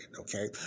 okay